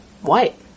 white